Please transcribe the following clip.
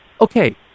okay